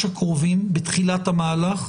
ממש בימים הקרובים, בתחילת המהלך,